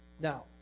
Now